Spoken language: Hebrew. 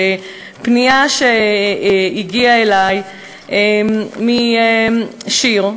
בפנייה שהגיעה אלי משיר,